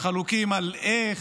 חלוקים על איך,